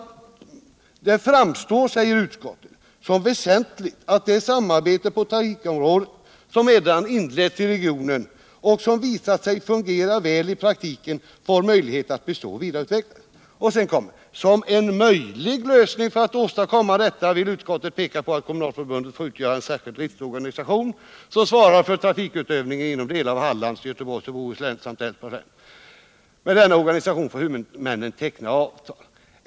”Det framstår”, säger utskottet, ”——-- som väsentligt att det samarbete på trafikområdet som redan inletts i regionen och som visat sig fungera väl i praktiken får möjlighet att bestå och vidareutvecklas.” Sedan fortsätter utskottet: ”Som en möjlig lösning för att åstadkomma detta vill utskottet peka på att kommunalförbundet får utgöra en särskild driftorganisation som svarar för trafikutövningen inom delar av Hallands, Göteborgs och Bohus samt Älvsborgs län. Med denna organisation får huvudmännen teckna avtal om trafikutövningen.